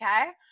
Okay